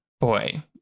boy